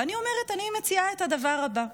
ואני מציעה את הדבר הבא.